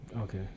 okay